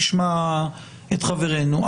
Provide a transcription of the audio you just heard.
נשמע את חברינו.